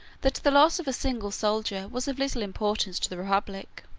that the loss of a single soldier was of little importance to the republic.